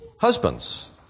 Husbands